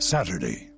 Saturday